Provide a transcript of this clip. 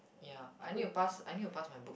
ya I need to pass I need to pass my book